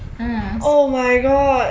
mm